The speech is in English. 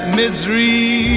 misery